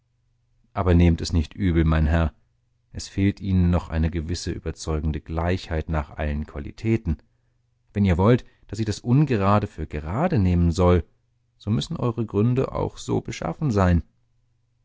aber nehmt es nicht übel mein herr es fehlt ihnen noch eine gewisse überzeugende gleichheit nach allen qualitäten wenn ihr wollt daß ich das ungerade für gerade nehmen soll so müssen eure gründe auch so beschaffen sein